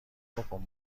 بکن